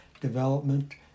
development